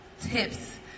tips